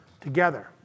together